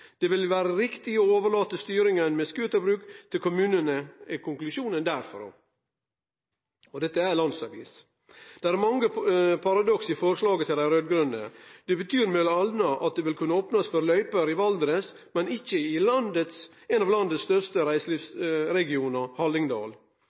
Det ville vært riktig å overlate styringen med skuterbruk til kommunene.» Det er konklusjonen derfrå. Og dette er ei landsavis. Det er mange paradoks i forslaget til dei raud-grøne. Det betyr m.a. at det vil kunne opnast for løyper i Valdres, men ikkje i ein av landets største